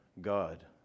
God